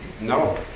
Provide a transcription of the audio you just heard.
No